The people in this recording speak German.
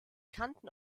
kannten